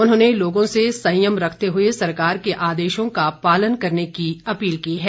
उन्होंने लोगों से संयम रखते हुए सरकार के आदेशों का पालन करने की अपील की है